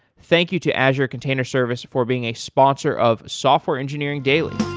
thank you to azure container service for being a sponsor of software engineering daily.